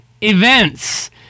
events